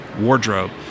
wardrobe